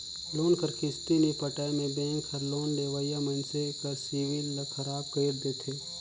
loan कर किस्ती नी पटाए में बेंक हर लोन लेवइया मइनसे कर सिविल ल खराब कइर देथे